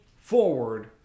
forward